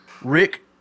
Rick